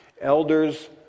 Elders